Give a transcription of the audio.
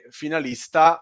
finalista